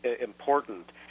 important